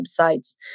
websites